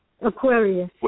Aquarius